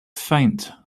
faint